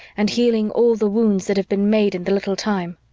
and healing all the wounds that have been made in the little time.